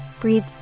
Breathe